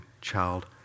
child